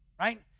right